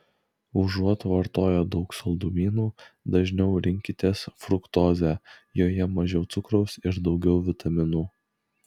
užuot vartoję daug saldumynų dažniau rinkitės fruktozę joje mažiau cukraus ir daugiau vitaminų